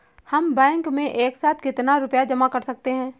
हम बैंक में एक साथ कितना रुपया जमा कर सकते हैं?